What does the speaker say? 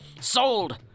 Sold